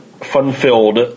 fun-filled